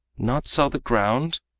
not sell the ground?